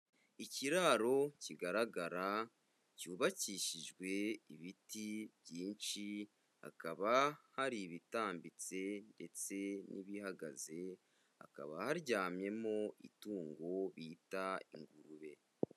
Ikiraro kigaragara cyubakishijwe ibiti byinshi, hakaba hari ibitambitse ndetse n'ibihagaze, hakaba haryamyemo itungo bita ingurube.